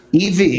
EV